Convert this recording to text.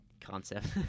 concept